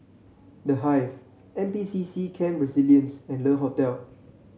The Hive N P C C Camp Resilience and Le Hotel